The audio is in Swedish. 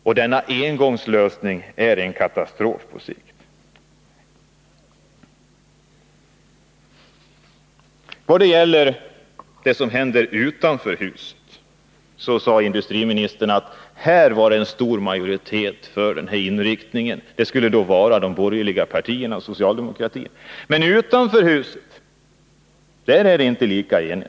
Och denna engångslösning är på sikt en katastrof. Industriministern sade att det här finns en stor majoritet för denna inriktning. Det skulle då vara de borgerliga partierna och socialdemokratin. Men utanför huset är inte enigheten lika stor.